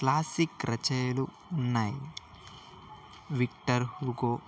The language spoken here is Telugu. క్లాసిక్ రచనలు ఉన్నాయి విక్టర్ హుగో